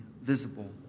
visible